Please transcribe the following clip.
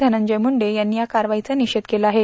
धनंजय मुंडे यांनी या कारवाईचा नियेध केला आहे